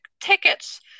tickets